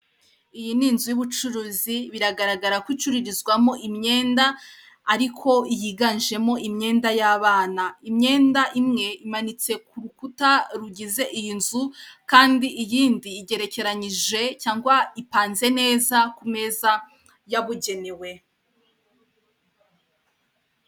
Iyi ni inzu y'ubucuruzi biragaragara ko icururizwamo imyenda ariko yiganjemo imyenda y'abana imyenda imwe imanitse ku rukuta rugize iyi nzu kandi iyindi igerekeranyije cyangwa ipanze neza ku meza yabugenewe.